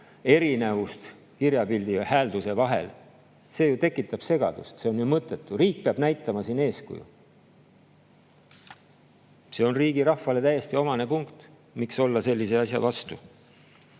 erinevust kirjapildi ja häälduse vahel. See tekitab ju segadust, see on mõttetu. Riik peab näitama siin eeskuju. See on riigirahvale täiesti omane punkt. Miks olla sellise asja vastu?